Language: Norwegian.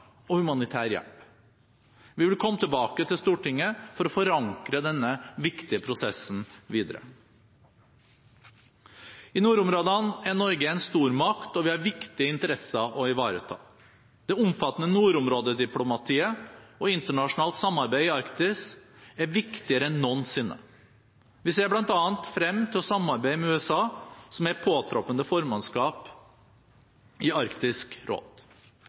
og humanitær hjelp. Vi vil komme tilbake til Stortinget for å forankre denne viktige prosessen videre. I nordområdene er Norge en stormakt, og vi har viktige interesser å ivareta. Det omfattende nordområdediplomatiet og internasjonalt samarbeid i Arktis er viktigere enn noensinne. Vi ser bl.a. frem til å samarbeide med USA, som er påtroppende formannskap i Arktisk råd.